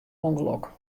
ûngelok